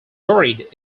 buried